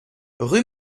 rue